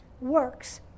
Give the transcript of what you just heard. works